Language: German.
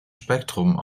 spektrum